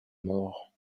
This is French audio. mort